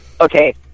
okay